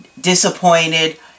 disappointed